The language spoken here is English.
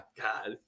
God